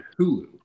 hulu